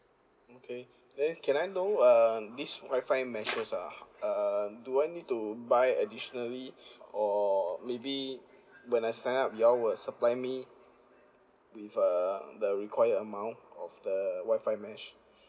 okay then can I know uh this wi-fi meshes ah uh do I need to buy additionally or maybe when I sign up y'all will supply me with err the required amount of the wi-fi mesh